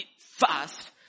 fast